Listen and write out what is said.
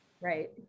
Right